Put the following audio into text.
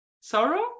sorrow